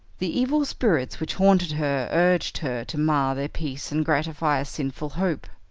the evil spirits which haunted her urged her to mar their peace and gratify a sinful hope.